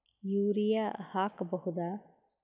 Urea ಹಾಕ್ ಬಹುದ?